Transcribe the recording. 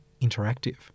interactive